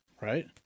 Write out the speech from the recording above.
right